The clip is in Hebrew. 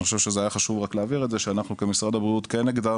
אני חושב שזה היה חשוב להבהיר שמשרד הבריאות הגדיר